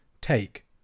Take